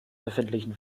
befindlichen